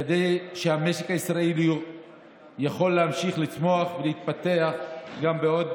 כדי שהמשק הישראלי יוכל להמשיך לצמוח ולהתפתח גם בעוד